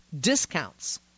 discounts